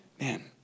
man